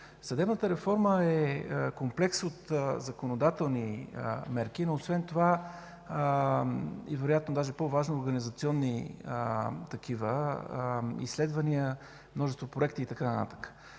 Съдебната реформа е комплекс от законодателни мерки, но освен това и вероятно даже по-важно, организационни такива, изследвания, множество проекти и така нататък.